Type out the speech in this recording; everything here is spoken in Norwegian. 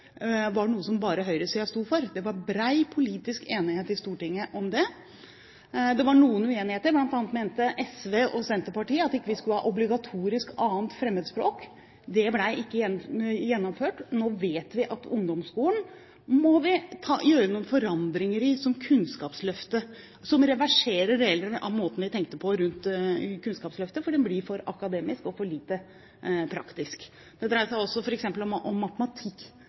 var noe som bare høyresiden sto for. Det var bred politisk enighet i Stortinget om det. Det var noen uenigheter, bl.a. mente SV og Senterpartiet at vi ikke skulle ha et obligatorisk andre fremmedspråk. Det ble ikke gjennomført. Nå vet vi at vi må gjøre noen forandringer i ungdomsskolen som reverserer deler av måten vi tenkte på rundt Kunnskapsløftet, for det blir for akademisk og for lite praktisk. Det dreier seg også om f.eks. matematikk